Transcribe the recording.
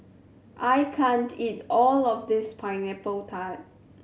I can't eat all of this Pineapple Tart